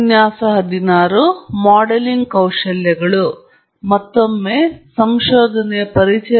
ಮತ್ತೊಮ್ಮೆ ಕೋರ್ಸ್ಗೆ ಸ್ವಾಗತ ಸಂಶೋಧನೆಗೆ ಪರಿಚಯ